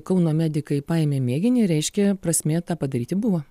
kauno medikai paėmė mėginį reiškia prasmė tą padaryti buvo